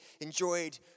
enjoyed